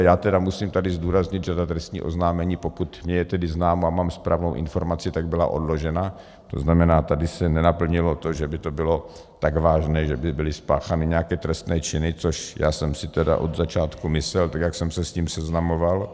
Já tedy musím tady zdůraznit, že ta trestní oznámení, pokud je mi známo a mám správnou informaci, byla odložena, to znamená, tady se nenaplnilo to, že by to bylo tak vážné, že by byly spáchány nějaké trestné činy, což já jsem si tedy od začátku myslel, tak jak jsem se s tím seznamoval.